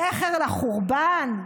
זכר לחורבן.